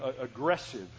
aggressive